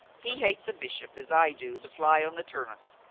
he hates a bishop as i do the fly on the turnips,